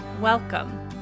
welcome